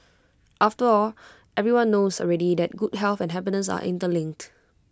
after all everyone knows already that good health and happiness are interlinked